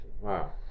Wow